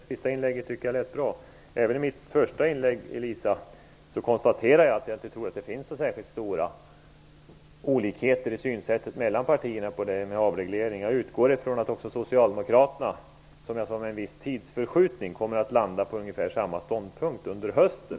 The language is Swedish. Fru talman! Det senaste inlägget tyckte jag lät bra. Även i mitt första inlägg konstaterade jag att jag inte trodde att det finns så särskilt stora olikheter mellan partierna i synen på avreglering. Jag utgår ifrån att också Socialdemokraterna med viss tidsförskjutning kommer att landa på ungefär samma ståndpunkt under hösten.